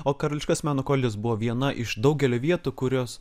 o karališkas meno koledžas buvo viena iš daugelio vietų kurios